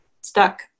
stuck